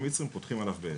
המצרים פותחים עליו באש.